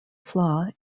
flaw